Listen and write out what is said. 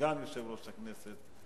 סגן יושב-ראש הכנסת,